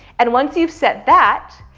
and once you've said that,